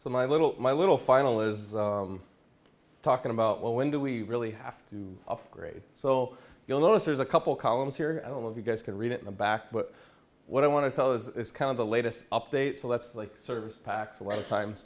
so my little my little final is talking about well when do we really have to upgrade so you'll notice there's a couple columns here i don't know if you guys can read at the back but what i want to tell is kind of the latest update so that's the service packs a lot of times